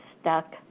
stuck